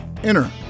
Enter